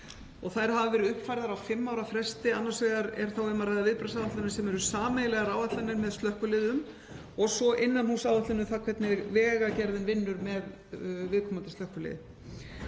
Þær hafa verið uppfærðar á fimm ára fresti. Annars vegar er þá um að ræða viðbragðsáætlanir sem eru sameiginlegar áætlanir með slökkviliðunum og svo innanhússáætlun um það hvernig Vegagerðin vinnur með viðkomandi slökkviliði.